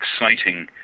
exciting